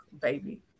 baby